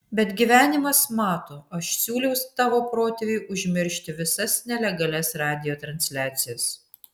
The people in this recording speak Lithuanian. bet gyvenimas mato aš siūliau tavo protėviui užmiršti visas nelegalias radijo transliacijas